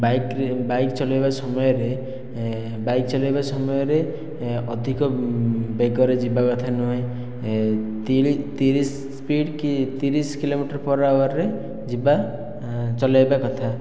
bike bike ଚଲେଇବା ସମୟରେ bike ଚଲେଇବା ସମୟରେ ଅଧିକ ବେଗରେ ଯିବା କଥା ନୁହେଁ ତିରିଶ ସ୍ପିଡ଼ କି ତିରିଶ କିଲୋମିଟର ପର ଆୱାରରେ ଯିବା ଚଲେଇବା କଥା